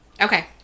Okay